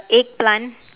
eggplant